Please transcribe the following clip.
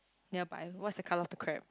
nearby what's the colour of the crab